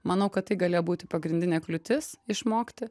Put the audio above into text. manau kad tai galėjo būti pagrindinė kliūtis išmokti